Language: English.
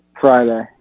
Friday